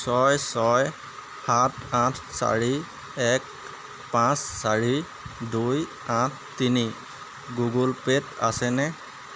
ছয় ছয় সাত আঠ চাৰি এক পাঁচ চাৰি দুই আঠ তিনি গুগল পে'ত আছেনে